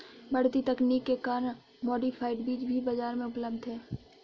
बढ़ती तकनीक के कारण मॉडिफाइड बीज भी बाजार में उपलब्ध है